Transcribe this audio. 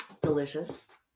delicious